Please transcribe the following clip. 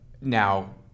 Now